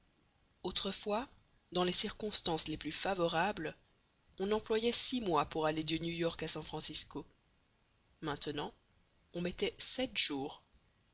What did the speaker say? autrefois dans les circonstances les plus favorables on employait six mois pour aller de new york à san francisco maintenant on met sept jours